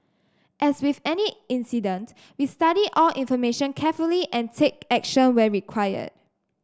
as with any incident we study all information carefully and take action where required